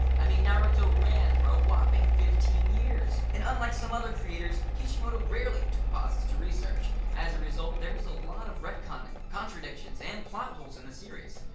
i mean, naruto ran for a whopping fifteen years. and unlike some other creators, kishimoto rarely took pauses to research. as a result, there's a lot of retconning, contradictions, and plot holes in the series.